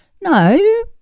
no